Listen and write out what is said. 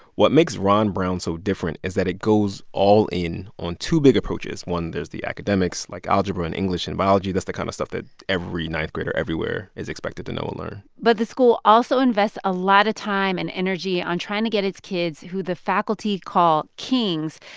what makes ron brown so different is that it goes all in on two big approaches. one, there's the academics, like algebra and english and biology that's the kind of stuff that every ninth-grader everywhere is expected to know and learn but the school also invests a lot of time and energy on trying to get its kids, who the faculty call kings,